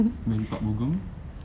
melipat bugong